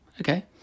Okay